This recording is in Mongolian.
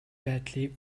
байдлыг